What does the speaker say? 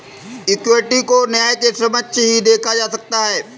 equity को न्याय के समक्ष ही देखा जा सकता है